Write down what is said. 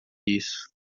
isso